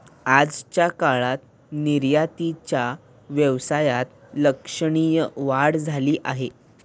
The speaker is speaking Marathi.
आजच्या काळात निर्यातीच्या व्यवसायात लक्षणीय वाढ झाली आहे